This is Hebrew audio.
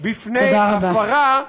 בפני הפרה,